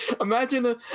imagine